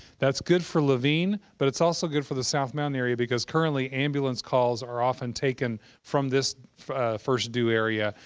that's good for laveen, but it's also good for the south mountain area, because currently ambulance calls are often taken from this first-due area,